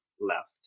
left